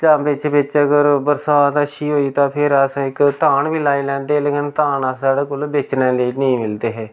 जां बिच्च बिच्च अगर बरसात अच्छी होई तां फिर अस धान बी लाई लैंदे लेकिन धान साढ़े कोल बेचने लेई नेईं मिलदे हे